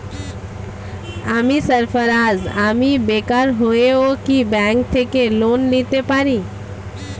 আমি সার্ফারাজ, আমি বেকার হয়েও কি ব্যঙ্ক থেকে লোন নিতে পারি?